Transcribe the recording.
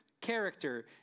character